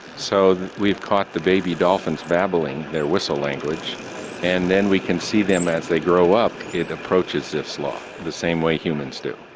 so we've caught the baby dolphins babbling their whistle language and then we can see them as they grow up it approaches zipf's law the same way humans do.